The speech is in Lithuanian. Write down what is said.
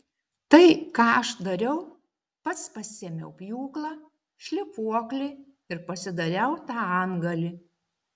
tai ką aš dariau pats pasiėmiau pjūklą šlifuoklį ir pasidariau tą antgalį